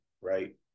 right